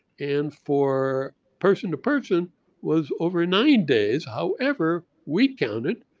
and for person to person was over nine days. however, we counted,